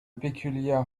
peculiar